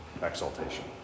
exaltation